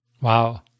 Wow